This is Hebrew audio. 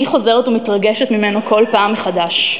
אני חוזרת ומתרגשת ממנו כל פעם מחדש.